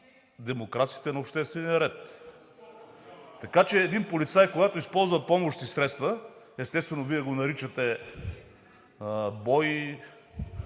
демокрацията и обществения ред. Така че един полицай, когато използва помощни средства, естествено, Вие го наричате „бой“,